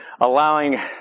allowing